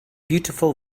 beautiful